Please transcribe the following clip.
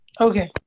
Okay